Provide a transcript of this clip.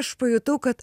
aš pajutau kad